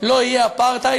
לא יהיה אפרטהייד,